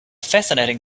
fascinating